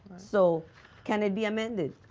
so can it be amended?